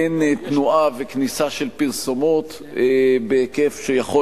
אין תנועה וכניסה של פרסומות בהיקף שיכול